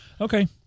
Okay